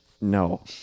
No